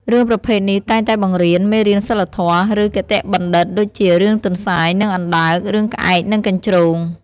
រឿងប្រភេទនេះតែងតែបង្រៀន មេរៀនសីលធម៌ ឬគតិបណ្ឌិត ដូចជា រឿងទន្សាយ និងអណ្ដើក រឿងក្អែក និងកញ្ជ្រោង ។